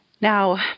Now